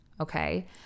Okay